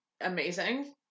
amazing